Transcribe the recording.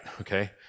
Okay